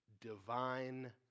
divine